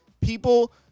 people